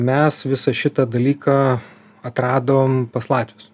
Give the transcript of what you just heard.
mes visą šitą dalyką atradom pas latvius